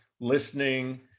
listening